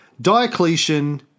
Diocletian